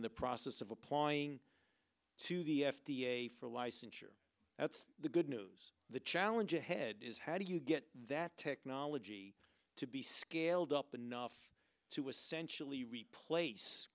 in the process of applying to the f d a for licensure that's the good news the challenge ahead is how do you get that technology to be scaled up enough to essentially replace